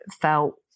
felt